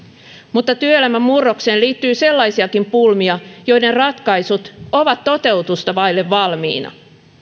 mutta työelämän murrokseen liittyy sellaisiakin pulmia joiden ratkaisut ovat toteutusta vaille valmiina